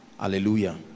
Hallelujah